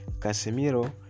Casemiro